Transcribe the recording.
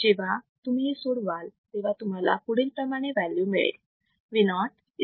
जेव्हा तुम्ही हे सोडवाल तेव्हा तुम्हाला पुढील प्रमाणे व्हॅल्यू मिळेल